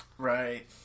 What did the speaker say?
Right